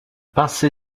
pincé